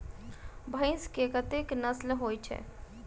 भैंस केँ कतेक नस्ल होइ छै?